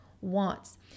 wants